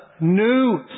new